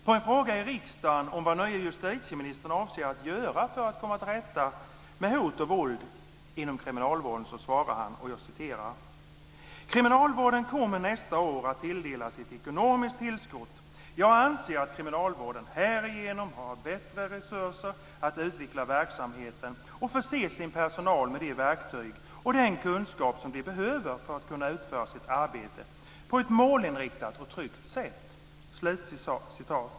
På en fråga i riksdagen till nye justitieministern om vad han avser att göra för att komma till rätta med hot och våld inom kriminalvården svarade han följande: "Kriminalvården kommer nästa år att tilldelas ett ekonomiskt tillskott. Jag anser att kriminalvården härigenom bör ha bättre resurser att utveckla verksamheten och förse sin personal med de verktyg och den kunskap som de behöver för att kunna utföra sitt arbete på ett målinriktat och tryggt sätt."